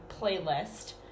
playlist